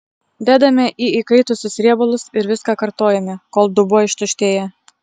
dedame į įkaitusius riebalus ir viską kartojame kol dubuo ištuštėja